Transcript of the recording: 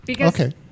Okay